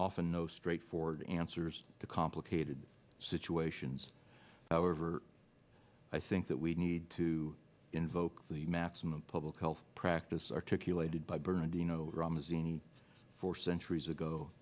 often no straightforward answers to complicated situations however i think that we need to invoke the maps in a public health practice articulated by bernadino rama xeni for centuries ago